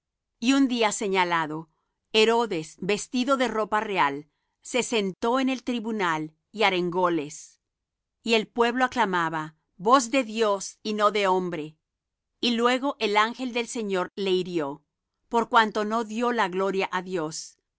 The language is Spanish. y un día señalado herodes vestido de ropa real se sentó en el tribunal y arengóles y el pueblo aclamaba voz de dios y no de hombre y luego el ángel del señor le hirió por cuanto no dió la gloria á dios